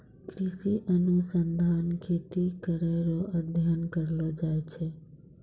कृषि अनुसंधान खेती करै रो अध्ययन करलो जाय छै